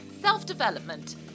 self-development